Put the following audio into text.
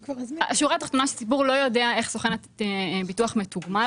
השורה התחתונה היא שהציבור לא יודע איך סוכן הביטוח מתוגמל